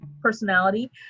personality